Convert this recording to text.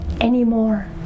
anymore